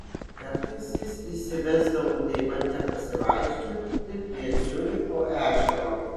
kartais jis išsivesdavo deimantę pasivaikščioti prie ciuricho ežero